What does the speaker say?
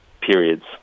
periods